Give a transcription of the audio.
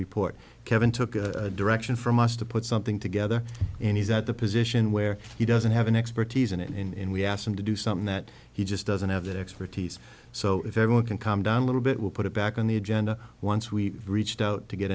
report kevin took a direction from us to put something together and he's at the position where he doesn't have an expertise and in we asked him to do something that he just doesn't have the expertise so if everyone can calm down a little bit we'll put it back on the agenda once we reached out to get